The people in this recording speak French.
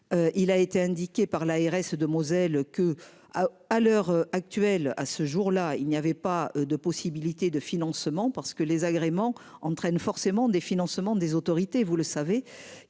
Il a été indiqué par l'ARS de Moselle que. À l'heure actuelle à ce jour là il n'y avait pas de possibilités de financement parce que les agréments entraîne forcément des financements des autorités vous le savez,